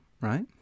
right